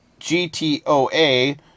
GTOA